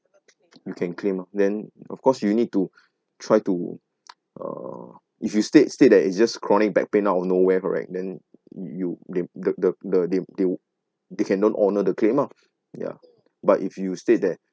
you can claim ah then of course you need to try to uh if you state state that it's just chronic back pain out of nowhere right then you they the the the they they they can don't honour the claim lah yeah but if you state that